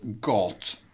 got